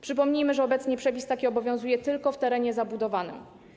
Przypomnijmy, że obecnie przepis taki obowiązuje tylko w terenie zbudowanym.